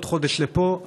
עוד חודש לפה,